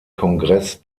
kongress